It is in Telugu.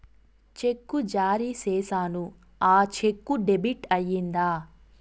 చెక్కు జారీ సేసాను, ఆ చెక్కు డెబిట్ అయిందా